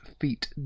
feet